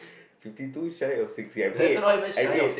fifty two shy of sixty I'm eight I'm eight